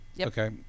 Okay